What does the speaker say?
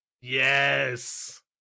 Yes